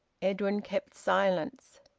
edwin kept silence.